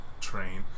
train